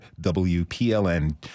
WPLN